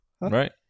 Right